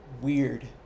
Weird